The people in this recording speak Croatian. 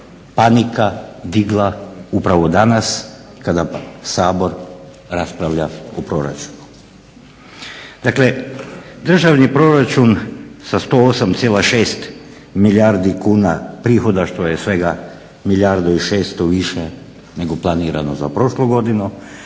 panika digla upravo danas kada Sabor raspravlja o proračunu. Dakle, državni proračun sa 108,6 milijardi kuna prihoda što je svega milijardu i 600 više nego planirano za prošlu godinu,